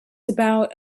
about